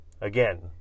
Again